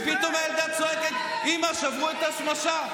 ופתאום הילדה צועקת: אימא, שברו את השמשה.